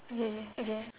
okay okay